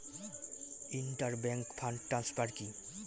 Inter bank fund transfer কি?